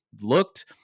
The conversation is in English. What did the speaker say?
looked